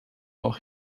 auch